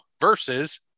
versus